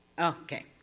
Okay